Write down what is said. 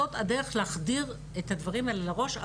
זאת הדרך להחדיר את הדברים האלו לראש,